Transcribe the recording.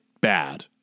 bad